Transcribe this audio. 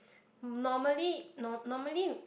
normally normally